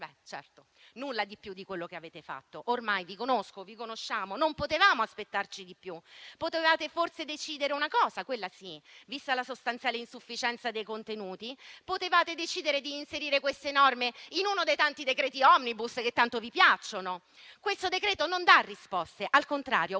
Certo, nulla di più di quello che avete fatto. Ormai vi conosco, vi conosciamo, non potevamo aspettarci di più; potevate forse decidere una cosa, quella sì, vista la sostanziale insufficienza dei contenuti. Potevate decidere di inserire queste norme in uno dei tanti decreti *omnibus* che tanto vi piacciono. Questo decreto non dà risposte, al contrario